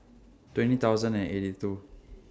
twenty thousand and eighty two